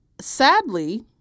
sadly